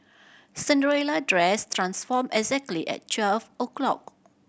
Cinderella dress transformed exactly at twelve o' clock